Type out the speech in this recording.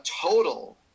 total